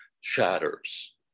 shatters